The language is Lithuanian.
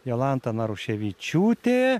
jolanta naruševičiūtė